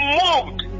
moved